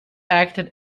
acted